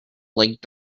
like